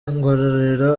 ngororero